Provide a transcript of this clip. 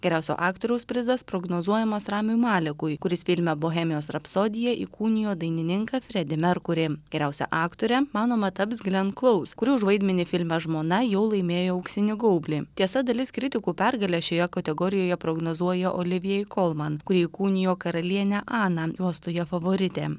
geriausio aktoriaus prizas prognozuojamas ramiui malekui kuris filme bohemijos rapsodija įkūnijo dainininką fredį merkurį geriausia aktore manoma taps glen klaus kuri už vaidmenį filme žmona jau laimėjo auksinį gaublį tiesa dalis kritikų pergalę šioje kategorijoje prognozuoja olivijai kolman kuri įkūnijo karalienę aną juostoje favoritė